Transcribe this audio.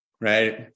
right